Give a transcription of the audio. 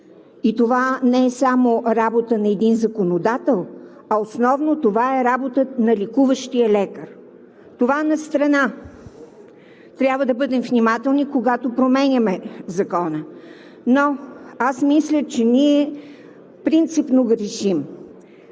И това не е само работа на един законодател, а основно това е работата на лекуващия лекар. Това, настрана. Трябва да бъдем внимателни, когато променяме Закона. Но аз мисля, че ние принципно грешим.